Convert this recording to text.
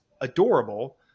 adorable